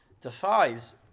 defies